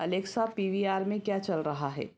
Alexa P V R में क्या चल रहा है